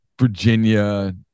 Virginia